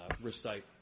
recite